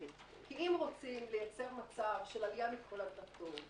כי אם רוצים לייצר מצב של עלייה מכל הדלתות,